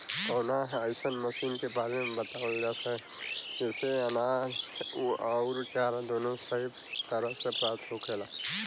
कवनो अइसन मशीन के बारे में बतावल जा जेसे अनाज अउर चारा दोनों सही तरह से प्राप्त होखे?